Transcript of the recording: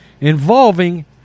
involving